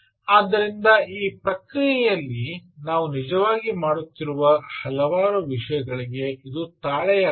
ಆದ್ದರಿಂದ ಈ ಪ್ರಕ್ರಿಯೆಯಲ್ಲಿ ನಾವು ನಿಜವಾಗಿ ಮಾಡುತ್ತಿರುವ ಹಲವಾರು ವಿಷಯಗಳಿಗೆ ಇದು ತಾಳೆಯಾಗುತ್ತದೆ